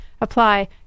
apply